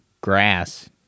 grass